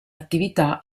attività